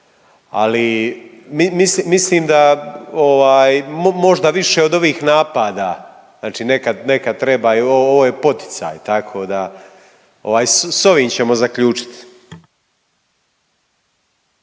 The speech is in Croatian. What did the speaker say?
ali mislim da ovaj možda više od ovih napada, znači nekad, nekad treba i ovo je poticaj, tako da ovaj s ovim ćemo zaključit.